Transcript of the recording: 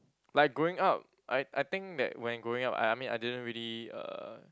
like growing up I I think that when growing up I I mean I didn't really uh